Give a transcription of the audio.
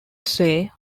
say